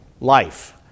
life